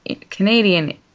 Canadian